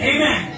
Amen